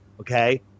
okay